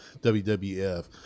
WWF